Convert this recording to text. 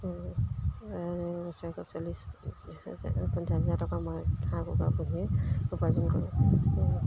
ছয়শ চল্লিছ হা পঞ্চাছ হাজাৰ টকা মই হাঁহ কুকুৰা পুহি উপাৰ্জন কৰোঁ